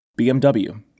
BMW